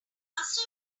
must